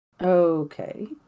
Okay